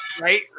Right